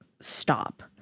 stop